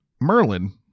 Merlin